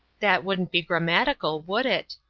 that wouldn't be grammatical, would it?